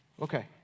Okay